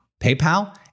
PayPal